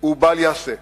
הוא בל ייעשה.